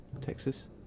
Texas